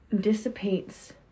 dissipates